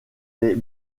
les